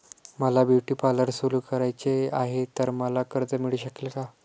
मला beauty parlour सुरू करायचे आहे तर मला कर्ज मिळू शकेल का?